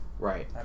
Right